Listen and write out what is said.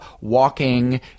walking